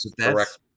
correct